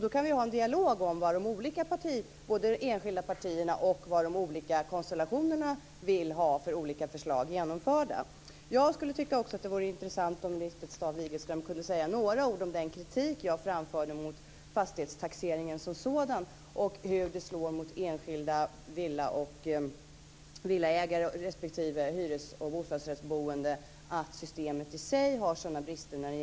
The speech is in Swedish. Då kan vi föra en dialog om vilka förslag som de enskilda partierna och de olika konstellationerna vill genomföra. Det vore också intressant om Lisbeth Staaf Igelström kunde säga några ord om den kritik som jag framförde mot fastighetstaxeringen som sådan och mot hur den slår mot enskilda villaägare, hyresgäster och bostadsrättshavare. Systemet i sig har stora brister.